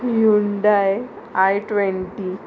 Hyundai I twenty